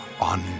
on